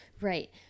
Right